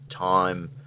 Time